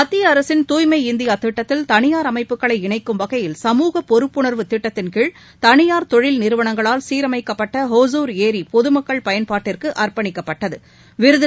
மத்தியஅரசின் தூய்மை இந்தியாதிட்டத்தில் தனியார் அமைப்புகளை இணைக்கும் வகையில் சமூக பொறுப்புணர்வு திட்டத்தின் கீழ் தனியார் தொழில் நிறுவனங்களால் சீரமைக்கப்பட்டஒசூர் ஏரிபொதுமக்கள் பயன்பாட்டிற்குஅர்ப்பணிக்கப்பட்டது